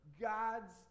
God's